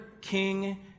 king